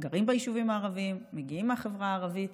גרים ביישובים הערביים, מגיעים מהחברה הערבית